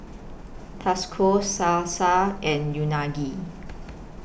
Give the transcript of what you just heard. Tacos Salsa and Unagi